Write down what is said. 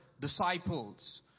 disciples